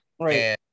Right